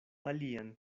alian